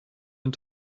and